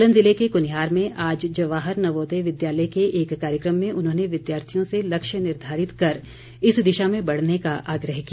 सोलन जिले के कनिहार में आज जवाहर नवोदय विद्यालय के एक कार्यक्रम में उन्होंने विद्यार्थियों से लक्ष्य निर्धारित कर इस दिशा में बढ़ने का आग्रह किया